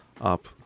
up